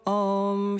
om